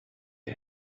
هست